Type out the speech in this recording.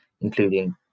including